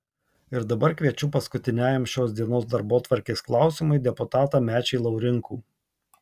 ir dabar kviečiu paskutiniajam šios dienos darbotvarkės klausimui deputatą mečį laurinkų